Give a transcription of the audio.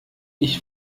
ich